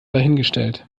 dahingestellt